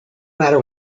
matter